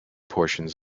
portions